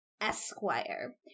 Esquire